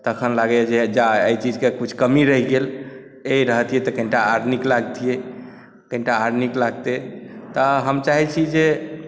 तखन लागैए जे जा एहि चीजके किछु कमी रहि गेल ई रहितै तऽ कनीटा आर नीक लागितै कनीटा आर नीक लागतै तऽ हम चाहैत छी जे